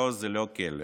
לא, זה לא כלא.